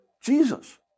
Jesus